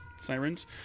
sirens